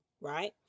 right